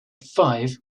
five